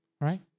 right